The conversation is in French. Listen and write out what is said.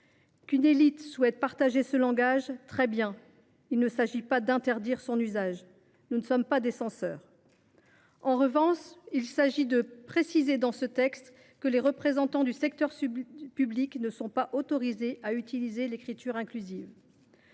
Qu’une élite souhaite partager ce langage, fort bien. Il ne s’agit pas d’interdire son usage : nous ne sommes pas des censeurs. En revanche, précisons, comme le prévoit ce texte, que les représentants du secteur public ne sont pas autorisés à utiliser l’écriture inclusive.